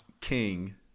King